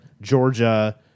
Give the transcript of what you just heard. Georgia